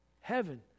Heaven